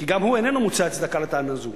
כי גם הוא איננו מוצא הצדקה לטענה זו.